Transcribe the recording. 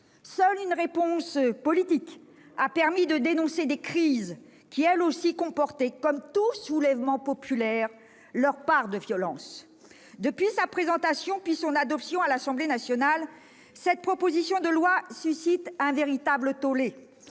seule une réponse politique a permis de dénouer des crises qui, elles aussi, comportaient, comme tout soulèvement populaire, leur part de violence. Depuis sa présentation, puis son adoption à l'Assemblée nationale, cette proposition de loi suscite un véritable tollé.